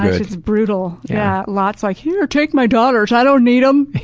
it's brutal, yeah. lots like, here, take my daughters. i don't need them.